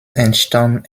entstand